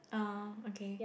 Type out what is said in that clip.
oh okay